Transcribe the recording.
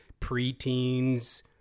preteens